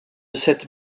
cette